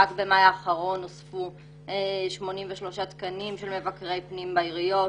רק במאי האחרון נוספו 83 תקנים של מבקרי פנים בעיריות,